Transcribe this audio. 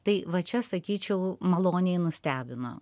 tai va čia sakyčiau maloniai nustebino